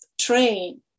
train